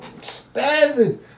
spazzing